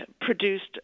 produced